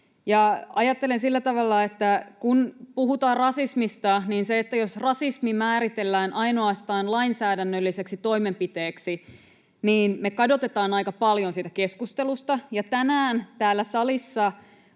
ajattelen sillä tavalla, että kun puhutaan rasismista, niin jos rasismi määritellään ainoastaan lainsäädännöllisiksi toimenpiteiksi, me kadotetaan aika paljon siitä keskustelusta. Tänään täällä salissa